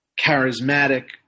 charismatic